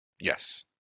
Yes